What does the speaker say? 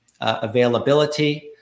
availability